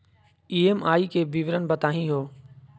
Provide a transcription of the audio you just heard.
EMI के विवरण बताही हो?